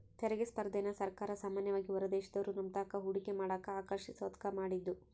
ತೆರಿಗೆ ಸ್ಪರ್ಧೆನ ಸರ್ಕಾರ ಸಾಮಾನ್ಯವಾಗಿ ಹೊರದೇಶದೋರು ನಮ್ತಾಕ ಹೂಡಿಕೆ ಮಾಡಕ ಆಕರ್ಷಿಸೋದ್ಕ ಮಾಡಿದ್ದು